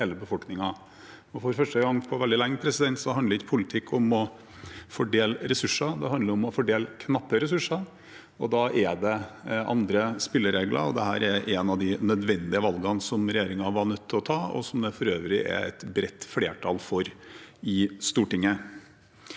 for første gang på veldig lenge handler ikke politikk om å fordele ressurser. Det handler om å fordele knappe ressurser. Da er det andre spilleregler, og dette er et av de nødvendige valgene som regjeringen var nødt til å ta, og som det for øvrig er et bredt flertall for i Stortinget.